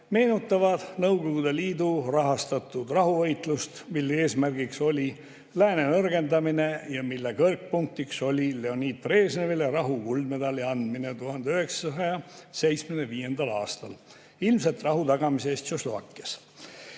meenutavad Nõukogude Liidu rahastatud rahuvõitlust, mille eesmärgiks oli Lääne nõrgendamine ja mille kõrgpunktiks oli Leonid Brežnevile Rahu kuldmedali andmine 1975. aastal, ilmselt rahu tagamise eest Tšehhoslovakkias.